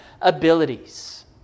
abilities